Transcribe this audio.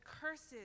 curses